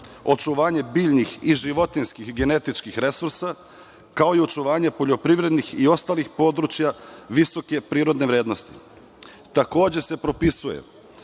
očuvanje biljnih i životinjskih genetičkih resursa, kao i očuvanje poljoprivrednih i ostalih područja visoke prirodne vrednosti. Takođe se propisuje